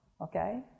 okay